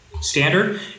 standard